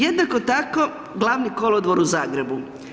Jednako tako Glavni kolodvor u Zagrebu.